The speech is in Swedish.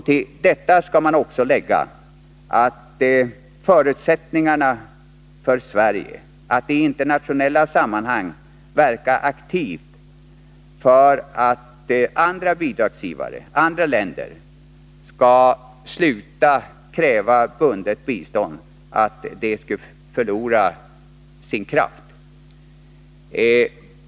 Till detta skall man också lägga att förutsättningarna för Sverige att i internationella sammanhang verka aktivt för att andra bidragsgivande länder skall sluta att kräva bundet bistånd skulle minska.